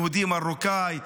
יהודי מרוקאי,